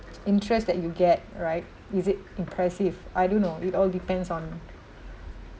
interest that you get right is it impressive I don't know it all depends on